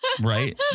right